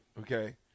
okay